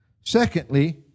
Secondly